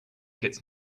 gets